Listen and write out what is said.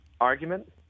argument